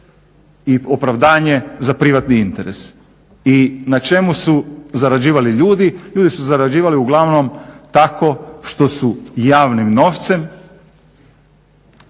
i opravdanje za privatni interes. I na čemu su zarađivali ljudi? Ljudi su uglavnom zarađivali tako što su javnim novcem